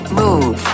move